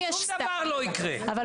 שום דבר לא יקרה --- אם